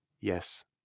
yes